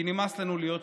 כי נמאס לנו להיות שקופות.